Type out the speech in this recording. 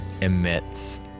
emits